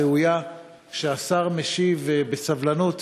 הראויה שהשר משיב בסבלנות